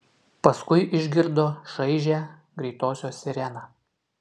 paskui išgirdo šaižią greitosios sireną